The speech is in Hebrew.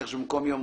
כך שבמקום "יום